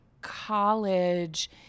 college